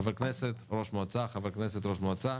חבר כנסת /ראש מועצה, חבר כנסת /ראש מועצה.